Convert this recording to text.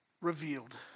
revealed